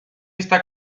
está